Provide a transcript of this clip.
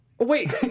Wait